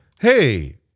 hey